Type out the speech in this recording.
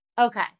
Okay